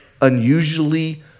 unusually